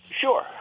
Sure